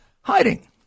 Hiding